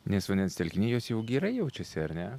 nes vandens telkiny jos jau gerai jaučiasi ar ne